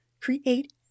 create